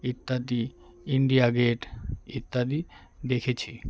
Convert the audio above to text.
ইত্যাদি India Gate ইত্যাদি দেখেছি